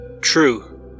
True